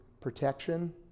protection